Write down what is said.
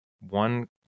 one